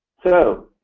so